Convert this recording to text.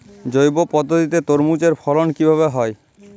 জৈব পদ্ধতিতে তরমুজের ফলন কিভাবে হয়?